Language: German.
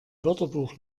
wörterbuch